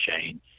chain